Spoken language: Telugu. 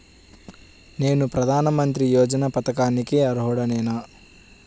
నేను ప్రధాని మంత్రి యోజన పథకానికి అర్హుడ నేన?